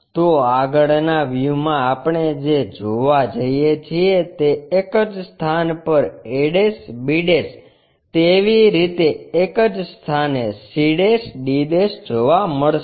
તો આગળનાં વ્યુમાં આપણે જે જોવા જઈએ છીએ તે એક જ સ્થાન પર a b તેવી રીતે એક જ સ્થાને cd જોવા મળશે